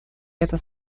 это